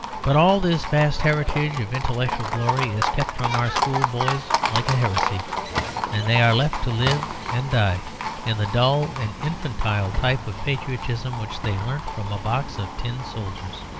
but all this vast heritage of intellectual glory is kept from our schoolboys like a heresy and they are left to live and die in the dull and infantile type of patriotism which they learnt from a box of tin soldiers.